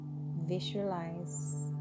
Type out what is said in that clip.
Visualize